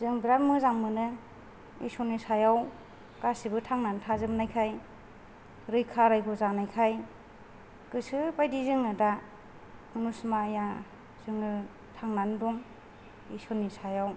जों बिराद मोजां मोनो इसोरनि सायाव गासिबो थांनानै थाजोबनायखाय रैखा रैग' जानायखाय गोसोबायदि जोङो दा मुनुस माया जोङो थांनानै दं इसोरनि सायाव